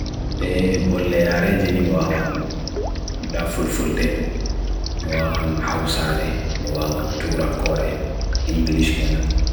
E bolle yare jini mwawan dha full full de, mwawan house arre, mwawan touran kore, English kenan.